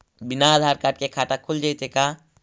बिना आधार कार्ड के खाता खुल जइतै का?